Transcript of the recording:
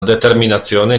determinazione